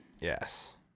Yes